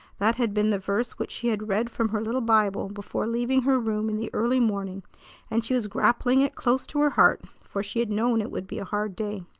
that had been the verse which she had read from her little bible before leaving her room in the early morning and she was grappling it close to her heart, for she had known it would be a hard day.